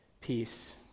peace